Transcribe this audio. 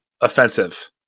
offensive